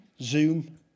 Zoom